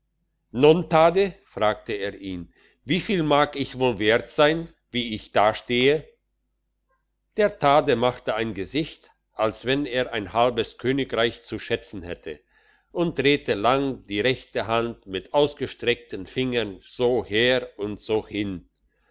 nun thadde fragte er ihn wie viel mag ich wohl wert sein wie ich dastehe der thadde machte ein gesicht als wenn er ein halbes königreich zu schätzen hätte und drehte lang die rechte hand mit ausgestreckten fingern so her und so hin